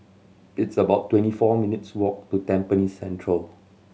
it's about twenty four minutes' walk to Tampines Central